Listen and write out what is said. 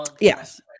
yes